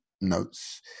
notes